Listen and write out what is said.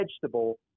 vegetable